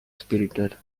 spirited